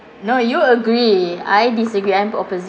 no you agree I disagree I'm opposite